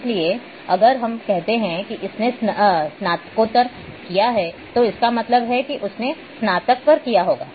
इसलिए अगर हम कहते हैं कि इसने स्नातकोत्तर किया है तो इसका मतलब है कि उसने स्नातक पर किया होगा